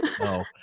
No